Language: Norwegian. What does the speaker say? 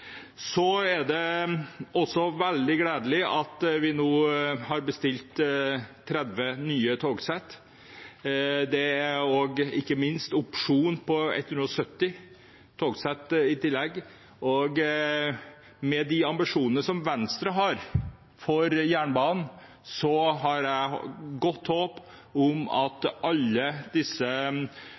Det er også veldig gledelig at vi nå har bestilt 30 nye togsett. Det er i tillegg opsjon på 170 togsett. Med de ambisjonene som Venstre har for jernbanen, har jeg et godt håp om at alle disse